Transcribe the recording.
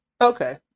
okay